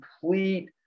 complete